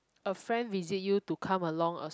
a friend visit you to come along a s~